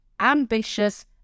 ambitious